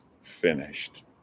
finished